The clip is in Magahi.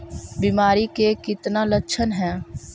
बीमारी के कितने लक्षण हैं?